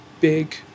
big